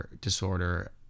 disorder